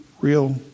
real